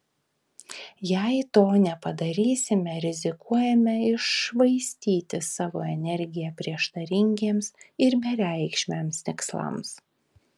jei to nepadarysime rizikuojame iššvaistyti savo energiją prieštaringiems ir bereikšmiams tikslams